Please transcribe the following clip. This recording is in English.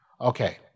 Okay